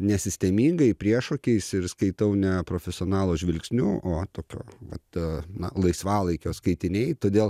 nesistemingai priešokiais ir skaitau ne profesionalo žvilgsniu o tokio vat na laisvalaikio skaitiniai todėl